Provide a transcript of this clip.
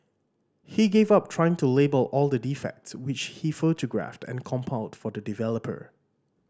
he gave up trying to label all the defects which he photographed and compiled for the developer